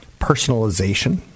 Personalization